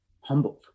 humbled